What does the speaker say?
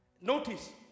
Notice